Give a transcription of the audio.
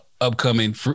upcoming